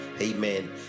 Amen